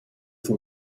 for